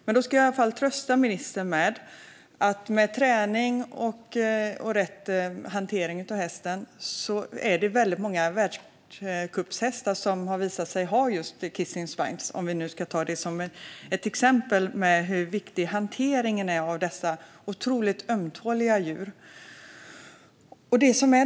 Jag ska i alla fall trösta ministern med att många världscupshästar som har visat sig ha kissing spines kan fungera bra med träning och rätt hantering, om vi tar detta som exempel på hur viktig hanteringen av dessa otroligt ömtåliga djur är.